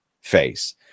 face